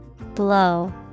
Blow